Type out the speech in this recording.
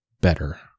Better